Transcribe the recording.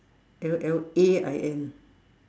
L L A I N